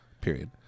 period